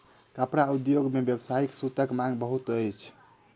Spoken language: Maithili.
कपड़ा उद्योग मे व्यावसायिक सूतक मांग बहुत अछि